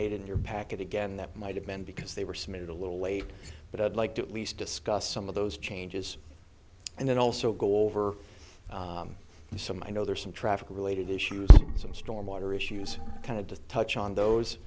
made in your packet again that might have been because they were smooth a little late but i'd like to at least discuss some of those changes and then also go over some i know there's some traffic related issues some storm water issues kind of to touch on those